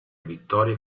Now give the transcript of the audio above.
vittorie